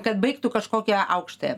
kad baigtų kažkokią aukštąją